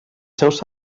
seus